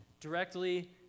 Directly